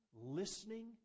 listening